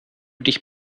dich